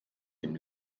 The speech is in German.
dem